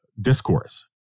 discourse